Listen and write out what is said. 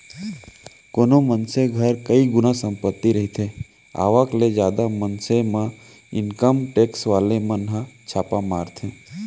कोनो मनसे घर कई गुना संपत्ति रहिथे आवक ले जादा अइसन म इनकम टेक्स वाले मन ह छापा मारथे